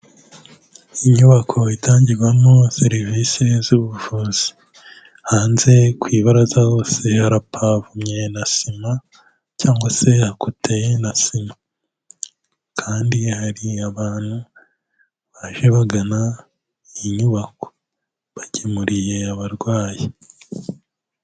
Inyubako itangirwamo serivisi z'ubuvuzi, hanze ku ibaraza hose harapavomye na sima cyangwa se hakoteye na sema, kandi hari abantu baje bagana iyi nyubako bagemuriye abarwayi.